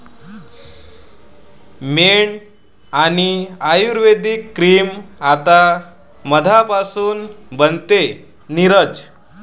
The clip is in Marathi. मेण आणि आयुर्वेदिक क्रीम आता मधापासून बनते, नीरज